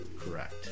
correct